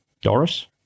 Doris